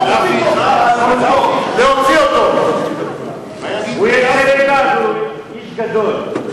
הוא איש גדול.